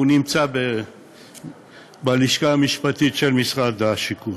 הוא נמצא בלשכה המשפטית של משרד השיכון.